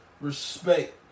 respect